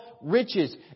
riches